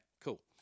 cool